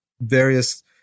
various